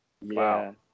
Wow